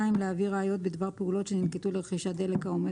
להביא ראיות בדבר פעולות שננקטו לרכישת דלק העומד